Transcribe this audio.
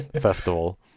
festival